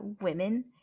women